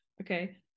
Okay